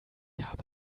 habe